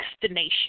destination